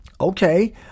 Okay